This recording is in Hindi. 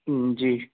जी